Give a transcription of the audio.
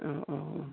अ अ